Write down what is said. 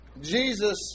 Jesus